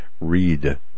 Read